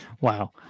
Wow